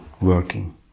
working